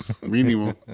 mínimo